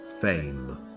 fame